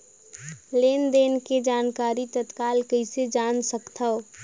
लेन देन के जानकारी तत्काल कइसे जान सकथव?